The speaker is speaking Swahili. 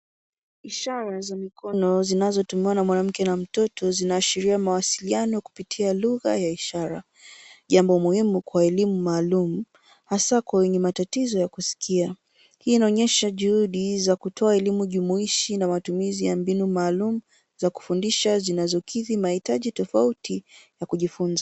Ishara za mikono zinazotumiwa na mwanamke na mtoto zinaashiria mawasiliano kupitia lugha ya ishara ,jambo muhimu kwa elimu maalumu hasa kwa wenye matatizo ya kusikia hii inaonyesha juhudi za kutoa elimu jumuishi na matumizi ya mbinu maalumu za kufundisha zinazokidhii mahitaji tofauti ya kujifunza.